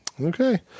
Okay